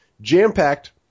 jam-packed